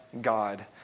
God